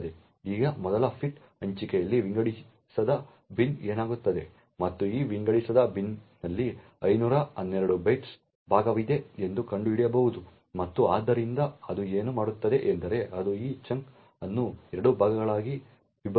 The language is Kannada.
ಈಗ ಮೊದಲ ಫಿಟ್ ಹಂಚಿಕೆಯಲ್ಲಿ ವಿಂಗಡಿಸದ ಬಿನ್ ಏನಾಗುತ್ತದೆ ಮತ್ತು ಈ ವಿಂಗಡಿಸದ ಬಿನ್ನಲ್ಲಿ 512 ಬೈಟ್ಗಳ ಭಾಗವಿದೆ ಎಂದು ಕಂಡುಹಿಡಿಯಬಹುದು ಮತ್ತು ಆದ್ದರಿಂದ ಅದು ಏನು ಮಾಡುತ್ತದೆ ಎಂದರೆ ಅದು ಈ ಚಂಕ್ ಅನ್ನು 2 ಭಾಗಗಳಾಗಿ ವಿಭಜಿಸುತ್ತದೆ